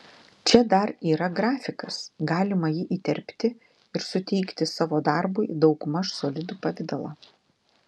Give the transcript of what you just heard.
čia dar yra grafikas galima jį įterpti ir suteikti savo darbui daugmaž solidų pavidalą